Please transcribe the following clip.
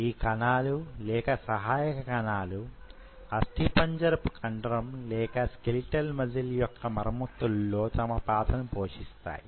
ఈ కణాలు లేక సహాయక కణాలు అస్థిపంజరంపు కండరం లేక స్కెలిటల్ మజిల్ యొక్క మరమ్మత్తుల్లో తమ పాత్రను పోషిస్తాయి